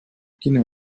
quina